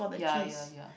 ya ya ya